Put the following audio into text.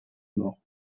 mort